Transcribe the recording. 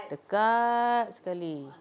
dekat sekali